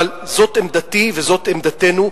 אבל זאת עמדתי וזאת עמדתנו,